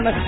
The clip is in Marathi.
नमस्कार